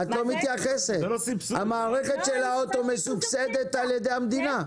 את לא מתייחסת לכך שהמערכת של האוטו מסובסדת על ידי המדינה.